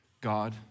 God